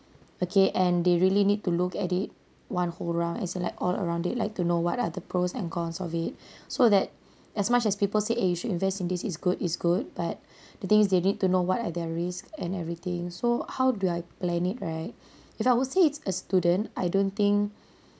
okay and they really need to look at it one whole round as in like all around it like to know what are the pros and cons of it so that as much as people say eh you should invest in this it's good it's good but the thing is they need to know what are their risk and everything so how do I plan it right if I would say it's a student I don't think